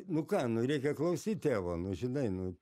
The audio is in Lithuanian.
nu ką nu reikia klausyt tėvo nu žinai nu